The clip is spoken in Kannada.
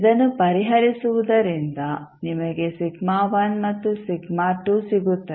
ಇದನ್ನು ಪರಿಹರಿಸುವುದರಿಂದ ನಿಮಗೆ ಮತ್ತು ಸಿಗುತ್ತದೆ